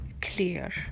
clear